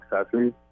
accessories